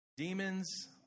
Demons